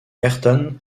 ayrton